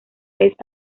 vez